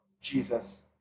Jesus